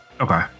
Okay